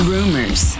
Rumors